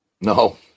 No